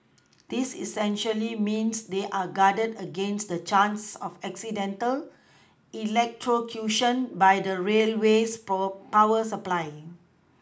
this essentially means they are guarded against the chance of accidental electrocution by the railway's poor power supply